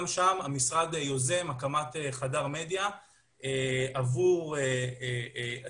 גם שם המשרד יוזם הקמת חדר מדיה עבור התלמידים,